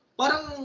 parang